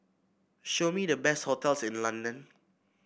show me the best hotels in London